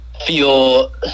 feel